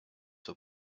were